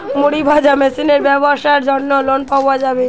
মুড়ি ভাজা মেশিনের ব্যাবসার জন্য লোন পাওয়া যাবে?